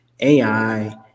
AI